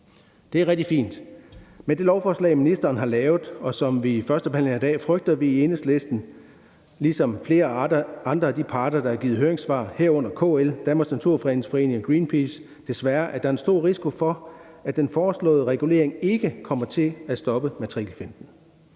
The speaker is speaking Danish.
Det er rigtig fint. Men med det lovforslag, som ministeren har lavet, og som vi førstebehandler i dag, frygter vi i Enhedslisten ligesom flere andre af de parter, der har givet høringssvar, herunder KL, Danmarks Naturfredningsforening og Greenpeace, at der desværre er en stor risiko for, at den foreslåede regulering ikke kommer til at stoppe matrikelfinten.